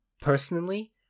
personally